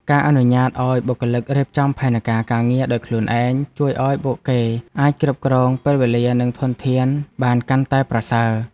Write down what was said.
ការអនុញ្ញាតឱ្យបុគ្គលិករៀបចំផែនការការងារដោយខ្លួនឯង ជួយឱ្យពួកគេអាចគ្រប់គ្រងពេលវេលានិងធនធានបានកាន់តែប្រសើរ។